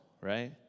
right